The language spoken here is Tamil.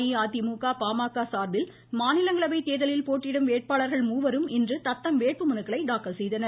அஇஅதிமுக பாமக சார்பில் மாநிலங்களவை தேர்தலில் போட்டியிடும் வேட்பாளர்கள் மூவரும் இன்று தத்தம் வேட்பு மனுக்களை தாக்கல் செய்தனர்